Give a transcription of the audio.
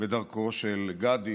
בדרכו של גדי